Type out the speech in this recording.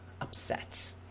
upset